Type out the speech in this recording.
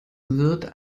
wird